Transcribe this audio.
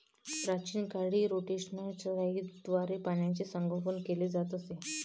प्राचीन काळी रोटेशनल चराईद्वारे प्राण्यांचे संगोपन केले जात असे